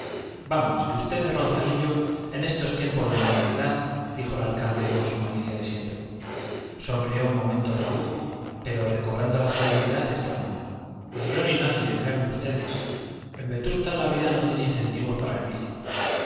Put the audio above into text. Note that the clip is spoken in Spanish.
vamos que usted ronzalillo en estos tiempos de moralidad dijo el alcalde con su malicia de siempre sonrió un momento trabuco pero recobrando la serenidad exclamó ni yo ni nadie créanme ustedes en vetusta la vida no tiene incentivos para el vicio